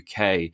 uk